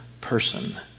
person